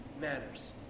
matters